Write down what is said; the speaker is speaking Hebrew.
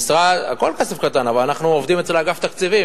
הכול כסף קטן, אבל אנחנו עובדים אצל אגף התקציבים.